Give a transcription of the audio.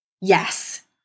Yes